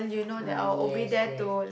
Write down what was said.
ah yes yes